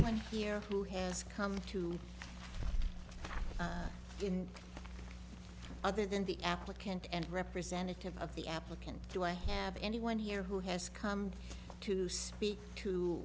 here who has come to other than the applicant and representative of the applicant do i have anyone here who has come to speak to